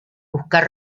buscar